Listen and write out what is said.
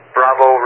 Bravo